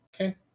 okay